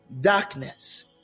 darkness